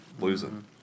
losing